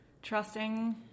Trusting